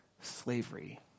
slavery